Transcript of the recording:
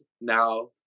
now